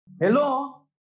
Hello